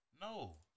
No